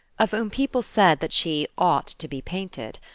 of whom people said that she ought to be painted.